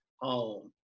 home